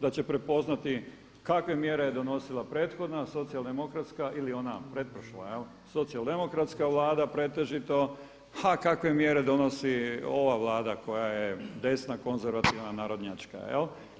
da će prepoznati kakve mjere je donosila prethodna socijaldemokratska ili ona pretprošla, socijaldemokratska vlada pretežito, a kakve mjere donosi ova vlada koja je desna, konzervativna, narodnjačka, jel'